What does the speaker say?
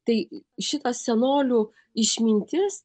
tai šita senolių išmintis